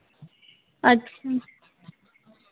अच्छा